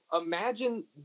imagine